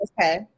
Okay